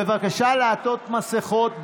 בבקשה, לעטות מסכות.